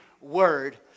word